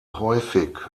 häufig